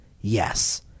yes